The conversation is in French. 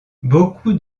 beaucoup